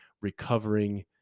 recovering